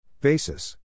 Basis